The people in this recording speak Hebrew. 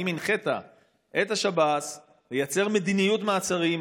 האם הנחית את השב"ס לייצר מדיניות מעצרים?